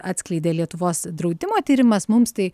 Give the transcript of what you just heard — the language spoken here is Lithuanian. atskleidė lietuvos draudimo tyrimas mums tai